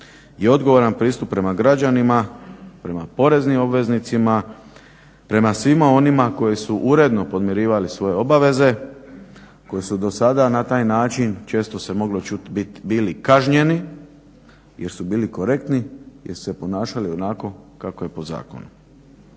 i odgovoran pristup prema građanima, prema poreznim obveznicima, prema svima onima koji su uredno podmirivali svoje obaveze, koji su do sada na taj način često se moglo čut bili kažnjeni jer su bili korektni, jer su se ponašali onako kako je po zakonu.